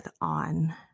on